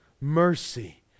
Mercy